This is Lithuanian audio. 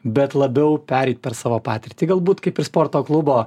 bet labiau pereit per savo patirtį galbūt kaip ir sporto klubo